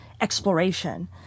exploration